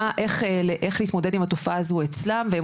איך להתמודד עם התופעה הזו אצלם והם